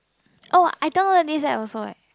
oh I downloaded this app also eh